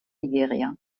nigeria